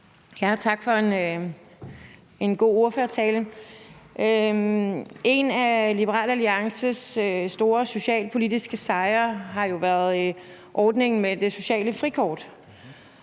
Tak for en god ordførertale. En af Liberal Alliances store socialpolitiske sejre har jo været ordningen med det sociale frikort,